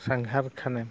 ᱥᱟᱸᱜᱷᱟᱨ ᱠᱷᱟᱱᱮᱢ